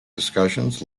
discussions